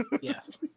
Yes